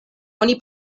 oni